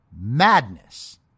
madness